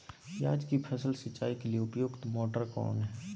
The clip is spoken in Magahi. प्याज की फसल सिंचाई के लिए उपयुक्त मोटर कौन है?